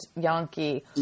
Yankee